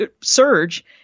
surge